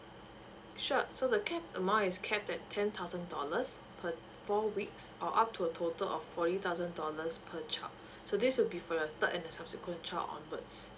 sure so the cap amount is cap at ten thousand dollars per four weeks or up to a total of forty thousand dollars per child so this will be for your third and the subsequent child onwards